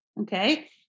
okay